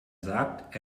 sagt